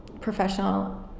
professional